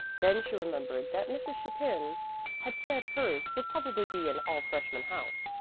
then she remembered that mrs. chapin had said hers would probably be an all freshman house,